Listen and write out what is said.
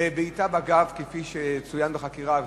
ובבעיטה בגב כפי שצוין בחקירה,